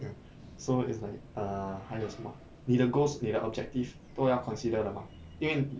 mm so is like err 还有什么你的 goals 你的 objective 都要 consider 的吗因为